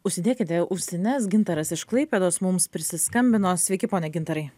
užsidėkite ausines gintaras iš klaipėdos mums prisiskambino sveiki pone gintarai